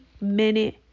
minute